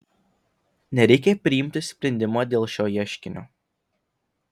nereikia priimti sprendimo dėl šio ieškinio